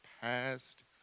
past